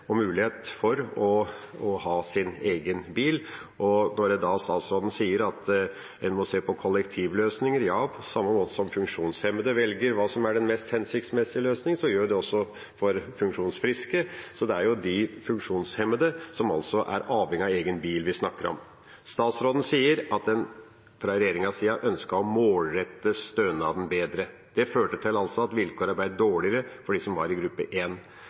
og mulighet for å ha sin egen bil. Statsråden sier at en må se på kollektivløsninger. Ja, på samme måte som funksjonshemmede velger hva som er den mest hensiktsmessige løsning, gjør også funksjonsfriske det. Det er de funksjonshemmede som er avhengige av egen bil, vi snakker om. Statsråden sier at en fra regjeringas side ønsker å målrette stønaden bedre. Det førte til at vilkårene ble dårligere for dem som var i gruppe